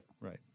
Right